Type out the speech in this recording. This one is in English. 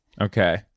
Okay